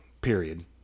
period